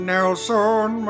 Nelson